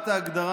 ההגדרה